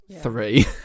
three